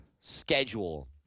schedule